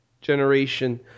generation